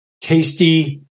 tasty